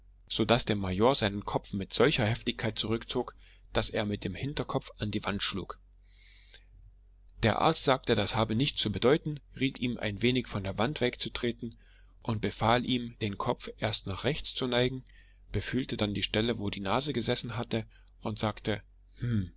so daß der major seinen kopf mit solcher heftigkeit zurückzog daß er mit dem hinterkopf an die wand schlug der arzt sagte das habe nichts zu bedeuten riet ihm ein wenig von der wand wegzutreten und befahl ihm den kopf erst nach rechts zu neigen befühlte dann die stelle wo die nase gesessen hatte und sagte hm